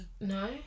No